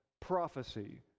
prophecy